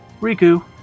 Riku